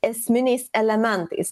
esminiais elementais